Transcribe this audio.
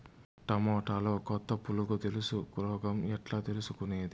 టమోటాలో కొత్త పులుగు తెలుసు రోగం ఎట్లా తెలుసుకునేది?